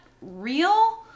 real